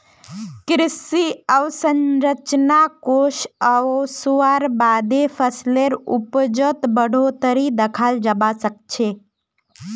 कृषि अवसंरचना कोष ओसवार बादे फसलेर उपजत बढ़ोतरी दखाल जबा सखछे